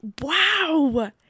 wow